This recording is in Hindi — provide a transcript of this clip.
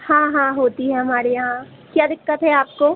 हाँ हाँ होती है हमारे यहाँ क्या दिक़्क़त है आपको